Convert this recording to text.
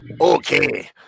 Okay